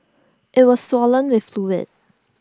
IT was swollen with fluid